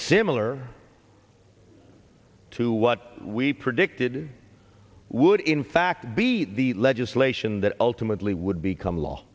similar to what we predicted would in fact be the legislation that ultimately would become law